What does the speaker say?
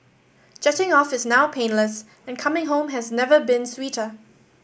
jetting off is now painless and coming home has never been sweeter